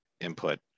input